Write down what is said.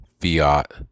fiat